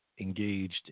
engaged